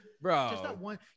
Bro